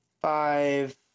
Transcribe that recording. five